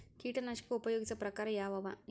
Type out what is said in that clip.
ಕೀಟನಾಶಕ ಉಪಯೋಗಿಸೊ ಪ್ರಕಾರ ಯಾವ ಅವ?